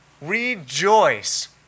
Rejoice